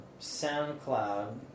SoundCloud